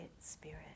spirit